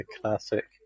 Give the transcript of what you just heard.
classic